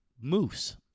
moose